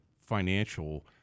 financial